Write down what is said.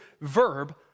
verb